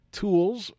tools